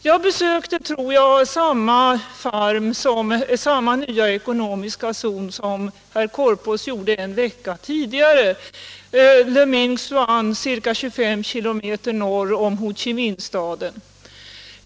Jag besökte, tror jag, samma nya ekonomiska zon som herr Korpås besökte, en vecka tidigare än herr Korpås, nämligen Le Minh Xuan, ca 25 km norr om Ho Chi Minh-staden.